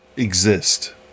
exist